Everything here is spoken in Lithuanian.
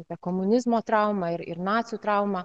apie komunizmo traumą ir ir nacių traumą